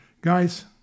guys